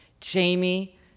Jamie